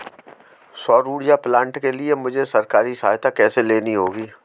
सौर ऊर्जा प्लांट के लिए मुझे सरकारी सहायता कैसे लेनी होगी?